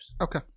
okay